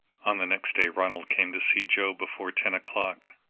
on the next day ronald came to see joe before ten o'clock.